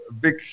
big